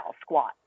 squat